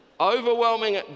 overwhelming